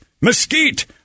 mesquite